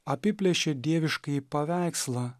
apiplėšė dieviškąjį paveikslą